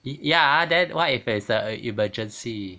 ya then what if it's a emergency